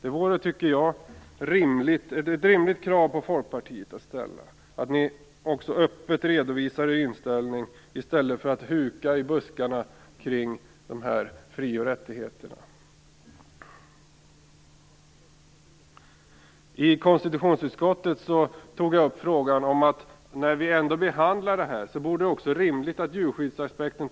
Ett rimligt krav på er i Folkpartiet är att ni öppet redovisar er inställning i stället för att huka i buskarna när det gäller de här fri och rättigheterna. I konstitutionsutskottet tog jag upp frågan om att det, när vi ändå behandlar dessa frågor, vore rimligt att ta upp djurskyddsaspekten.